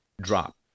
drop